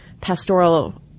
pastoral